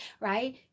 right